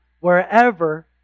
wherever